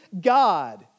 God